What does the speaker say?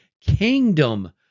kingdom